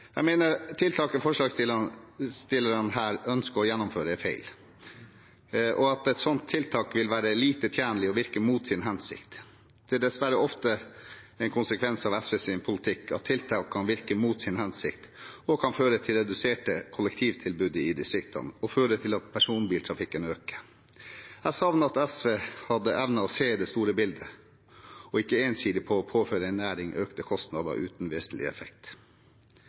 Jeg mener tiltaket forslagsstillerne her ønsker å gjennomføre, er feil, og at et sånt tiltak vil være lite tjenlig og virke mot sin hensikt. Det er dessverre ofte en konsekvens av SVs politikk, at tiltakene virker mot sin hensikt og kan føre til reduserte kollektivtilbud i distriktene og til at personbiltrafikken øker. Jeg savner at SV hadde evnet å se det store bildet og ikke ensidig påfører en næring økte kostnader uten vesentlig effekt.